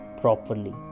properly